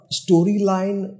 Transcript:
storyline